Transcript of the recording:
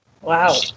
Wow